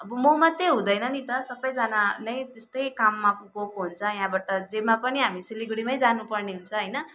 म मात्रै हुँदैन नि त सबैजना नै त्यस्तै काममा गएको हुन्छ यहाँबाट जेमा पनि हामी सिलगढीमै जानुपर्ने हुन्छ होइन